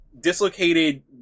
dislocated